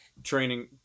training